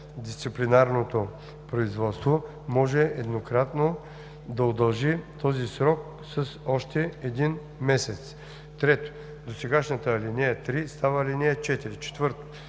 дисциплинарното производство, може еднократно да удължи този срок с още един месец.“ 3. Досегашната ал. 3 става ал. 4. 4.